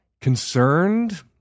concerned